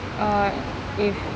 uh if